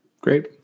great